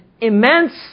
immense